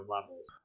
levels